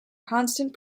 constant